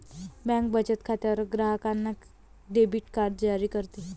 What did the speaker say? bank बचत खात्यावर ग्राहकांना डेबिट कार्ड जारी करते